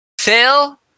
Phil